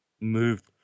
moved